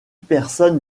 personnes